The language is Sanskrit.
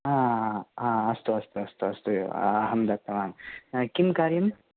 अस्तु अस्तु अस्तु अस्तु एव अहं दत्तवान् किं कार्यम्